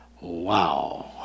Wow